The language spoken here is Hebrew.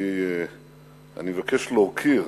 אני מבקש להוקיר,